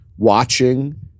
watching